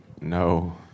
No